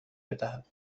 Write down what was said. بدهد